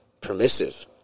permissive